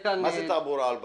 מה זה "תעבורה על בטוח"?